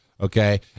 Okay